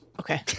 Okay